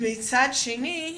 מצד שני,